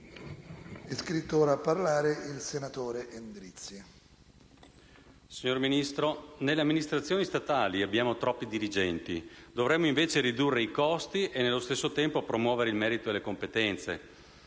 Signor Ministro, nelle amministrazioni statali abbiamo troppi dirigenti. Dovremmo, invece, ridurre i costi e, nello stesso tempo, promuovere il merito e le competenze.